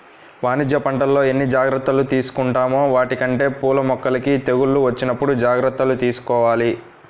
వాణిజ్య పంటల్లో ఎన్ని జాగర్తలు తీసుకుంటామో వాటికంటే పూల మొక్కలకి తెగుళ్ళు వచ్చినప్పుడు జాగర్తలు తీసుకోవాల